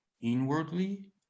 inwardly